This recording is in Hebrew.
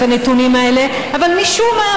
אבל משום מה,